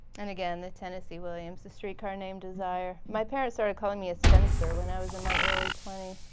and again, the tennessee williams, a streetcar named desire. my parents started calling me a spinster when i was in my early twenty s.